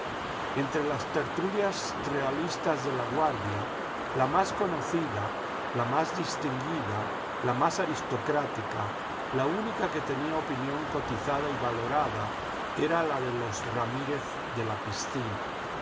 entre las tertulias realistas de laguardia la más conocida la más distinguida la más aristocrática la única que tenía opinión cotizada y valorada era la de los ramírez de la piscina